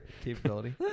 capability